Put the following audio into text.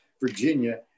Virginia